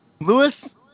Lewis